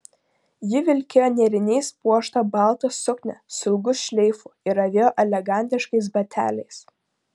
ji vilkėjo nėriniais puoštą baltą suknią su ilgu šleifu ir avėjo elegantiškais bateliais